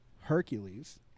Hercules